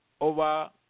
over